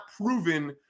proven